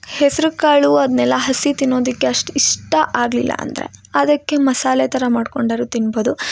ಹೆಸ್ರು ಕಾಳು ಅದ್ನೆಲ್ಲ ಹಸಿ ತಿನ್ನೋದಕ್ಕೆ ಅಷ್ಟು ಇಷ್ಟ ಆಗಲಿಲ್ಲ ಅಂದರೆ ಅದಕ್ಕೆ ಮಸಾಲೆ ಥರ ಮಾಡ್ಕೊಂಡು ಆದರು ತಿನ್ಬೋದು